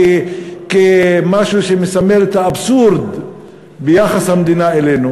כמשהו שמסמל את האבסורד ביחס המדינה אלינו: